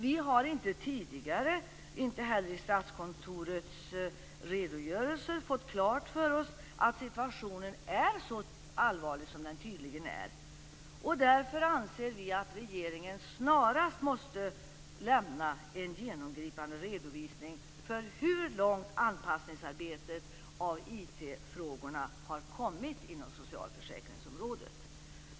Vi har inte tidigare, inte heller av Statskontorets redogörelse, fått klart för oss att situationen är så allvarlig som den tydligen är. Därför anser vi att regeringen snarast måste lämna en genomgripande redovisning av hur långt anpassningsarbetet av IT-frågorna har kommit inom socialförsäkringsområdet.